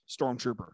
stormtrooper